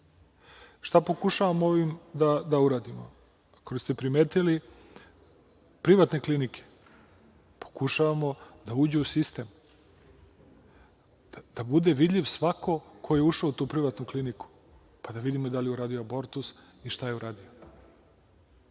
pokušavamo ovim da uradimo? Ako ste primetili, privatne klinike pokušavamo da uđu u sistem, da bude vidljiv svako ko je ušao u tu privatnu kliniku, pa da vidimo da li je uradio abortus i šta je uradio.